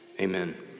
amen